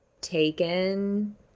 Taken